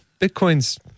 Bitcoin's